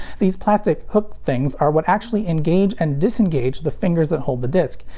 these plastic hook things are what actually engage and disengage the fingers that hold the disc,